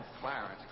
Clarence